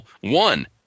one